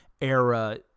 era